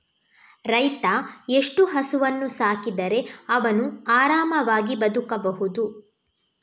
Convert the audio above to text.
ರೈತ ಎಷ್ಟು ಹಸುವನ್ನು ಸಾಕಿದರೆ ಅವನು ಆರಾಮವಾಗಿ ಬದುಕಬಹುದು?